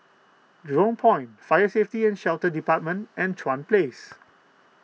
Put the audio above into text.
Jurong Point Fire Safety and Shelter Department and Chuan Place